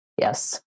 Yes